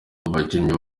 abakinnyi